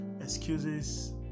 Excuses